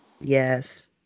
yes